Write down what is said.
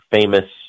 famous